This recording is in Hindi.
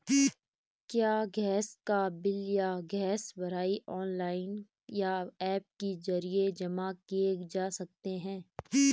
क्या गैस का बिल या गैस भराई ऑनलाइन या ऐप के जरिये जमा किये जा सकते हैं?